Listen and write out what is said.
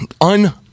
un